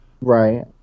right